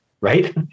right